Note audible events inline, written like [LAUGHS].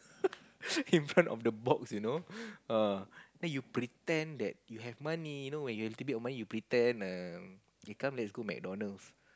[LAUGHS] in front of the box you know err then you pretend that you have money you know when you have a little bit of money you pretend um you come and go McDonalds